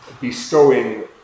bestowing